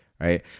right